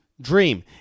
dream